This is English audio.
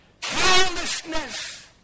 Carelessness